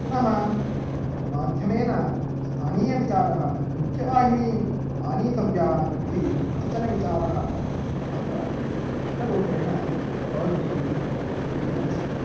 पुनः माध्यमेन स्थानीयविचारः मुख्यवाहिनीम् आनीतव्या इति कश्चन विचारः अत्र प्रश्नरूपेण भवद्भिः लिखितमस्ति